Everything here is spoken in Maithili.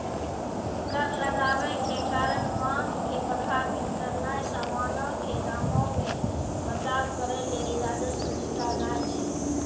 कर लगाबै के कारण मांग के प्रभावित करनाय समानो के दामो मे बदलाव करै लेली राजस्व जुटानाय छै